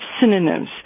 synonyms